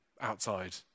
outside